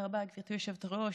תודה רבה, גברתי היושבת-ראש.